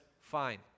fine